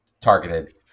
targeted